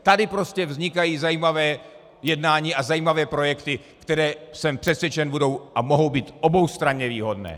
Tady prostě vznikají zajímavá jednání a zajímavé projekty, které, jsem přesvědčen, budou a mohou být oboustranně výhodné.